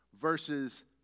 versus